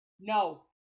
No